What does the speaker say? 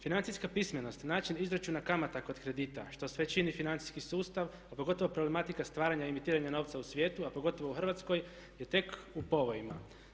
Financijska pismenost i način izračuna kamata kod kredita što sve čini financijski sustav a pogotovo problematika stvaranja i emitiranja novca u svijetu a pogotovo u Hrvatskoj je tek u povojima.